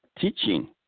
teaching